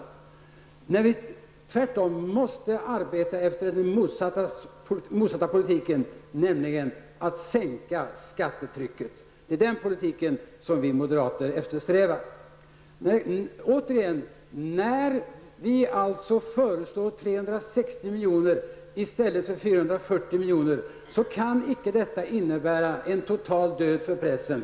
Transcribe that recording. Vi måste ju tvärtom arbeta efter den motsatta politiken, nämligen att sänka skattetrycket. Det är den politiken som vi moderater eftersträvar. Återigen: När vi föreslår ett anslag på 360 miljoner i stället för 440 miljoner kan detta icke innebära en total död för pressen.